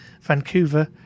Vancouver